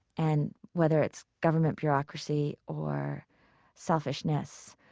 and whether it's government bureaucracy or selfishness,